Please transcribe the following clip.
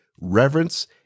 reverence